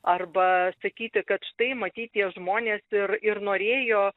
arba sakyti kad štai matyt tie žmonės ir ir norėjo